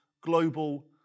global